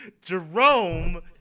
Jerome